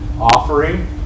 offering